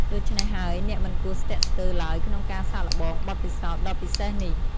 ដូច្នេះហើយ អ្នកមិនគួរស្ទាក់ស្ទើរឡើយក្នុងការសាកល្បងបទពិសោធន៍ដ៏ពិសេសនេះ។